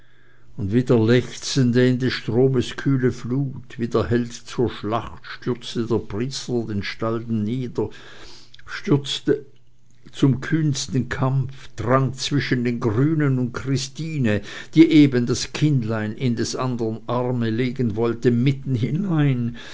und wie der lechzende in des stromes kühle flut wie der held zur schlacht stürzte der priester den stalden nieder stürzte zum kühnsten kampf drang zwischen den grünen und christine die eben das kindlein in des andern arme legen wollte mitten hinein